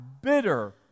bitter